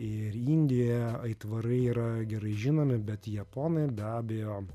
ir indijoje aitvarai yra gerai žinomi bet japonai be abejo